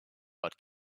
but